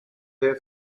their